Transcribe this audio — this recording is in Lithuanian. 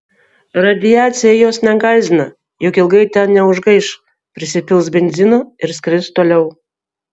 radiacija jos negąsdina juk ilgai ten neužgaiš prisipils benzino ir skris toliau